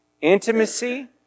Intimacy